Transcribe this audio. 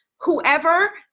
whoever